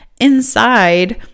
inside